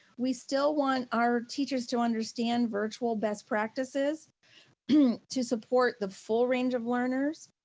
we still want our teachers to understand virtual best practices to support the full range of learners,